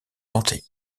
tenter